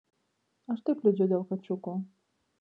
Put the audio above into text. aš taip liūdžiu dėl kačiukų